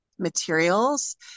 materials